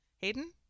Hayden